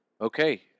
Okay